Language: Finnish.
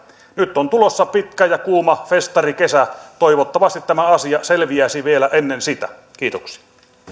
nyt on tulossa pitkä ja kuuma festarikesä toivottavasti tämä asia selviäisi vielä ennen sitä kiitoksia